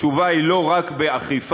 התשובה היא לא רק באכיפה,